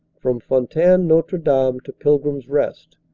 from fontaine notre-dame to pilgrim's rest,